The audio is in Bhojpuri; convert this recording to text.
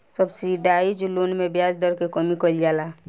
सब्सिडाइज्ड लोन में ब्याज दर के कमी कइल जाला